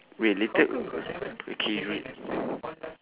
wait later o~ okay